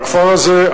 הכפר הזה,